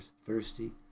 thirsty